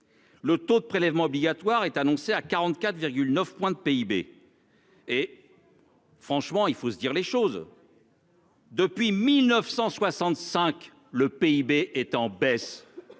Le taux de prélèvements obligatoires est annoncé à 44 9 points de PIB. Et. Franchement il faut se dire les choses. Depuis 1965, le PIB est en baisse.